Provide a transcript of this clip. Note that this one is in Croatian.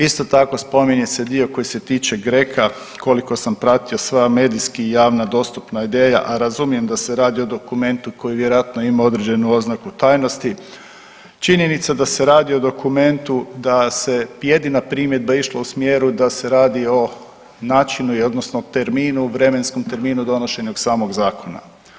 Isto tako spominje se dio koji se tiče GRECO-a, koliko sam pratio sva medijski i javna dostupna ideja, a razumijem da se radi o dokumentu koji vjerojatno ima određenu oznaku tajnosti činjenica da se radi o dokumentu da se jedina primjedba je išla u smjeru da se radi o načinu odnosno terminu, vremenskom terminu donošenja samog zakona.